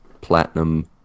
platinum